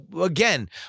again